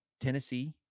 Tennessee